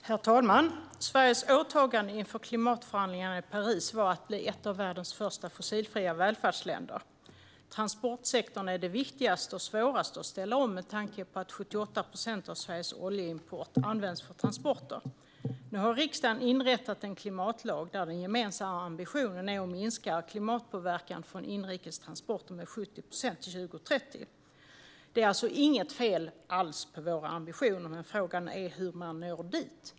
Herr talman! Sveriges åtagande inför klimatförhandlingarna i Paris var att bli ett av världens första fossilfria välfärdsländer. Transportsektorn är det viktigaste och svåraste att ställa om med tanke på att 78 procent av Sveriges oljeimport används för transporter. Nu har riksdagen inrättat en klimatlag där den gemensamma ambitionen är att minska klimatpåverkan från inrikes transporter med 70 procent till 2030. Det är alltså inget fel alls på våra ambitioner, men frågan är hur man når dit.